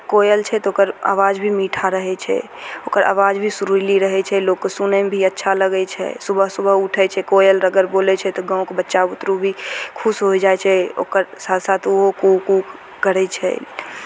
कोयल छै तऽ ओकर आवाज भी मीठा रहै छै ओकर आवाज भी सुरीली रहै छै लोककेँ सुनयमे भी अच्छा लगै छै सुबह सुबह उठै छै कोयल अगर बोलै छै तऽ गाँवके बच्चा बुतरू भी खुश होय जाइ छै ओकर साथ साथ ओहो कू कू करै छै